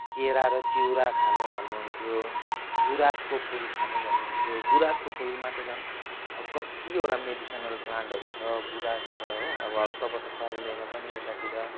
केरा र चिउरा खानु भन्नुहुन्थ्यो गुराँसको फुल खानु भन्नुहुन्थ्यो गुराँसको फुलमा त झन् अब कतिवटा मेडिसिनल प्लान्टहरू छ गुराँस त हो अब हत्तपत्त पाउँदैन पनि यतातिर